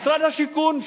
משרד השיכון,